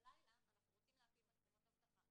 בלילה אנחנו רוצים להפעיל מצלמות אבטחה.